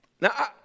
Now